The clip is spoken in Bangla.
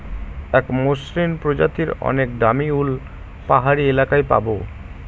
এক মসৃন প্রজাতির অনেক দামী উল পাহাড়ি এলাকায় পাবো